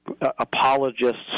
apologists